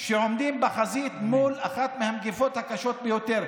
שעומדים בחזית מול אחת המגפות הקשות ביותר.